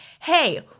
hey